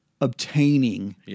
Obtaining